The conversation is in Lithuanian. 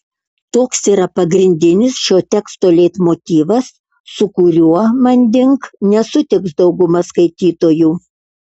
toks yra pagrindinis šio teksto leitmotyvas su kuriuo manding nesutiks dauguma skaitytojų